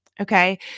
okay